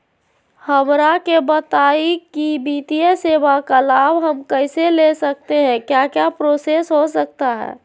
हमरा के बताइए की वित्तीय सेवा का लाभ हम कैसे ले सकते हैं क्या क्या प्रोसेस हो सकता है?